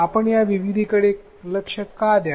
आपण या विविधतेकडे लक्ष का द्यावे